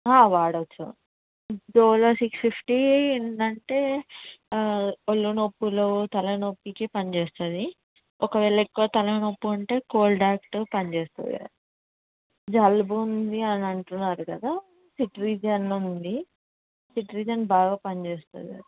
వాడవచ్చు Dolo six fifty ఏంటంటే ఒళ్ళు నొప్పులు తలనొప్పికి పనిచేస్తుంది ఒకవేళ ఎక్కువ తలనొప్పి ఉంటే కోల్డ్ ఆక్ట్ పనిచేస్తుంది ఇక జలుబు ఉంది అని అంటున్నారు కదా సిట్రిజన్ ఉంది సిట్రిజన్ బాగా పనిచేస్తుంది అది